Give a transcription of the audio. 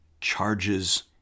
charges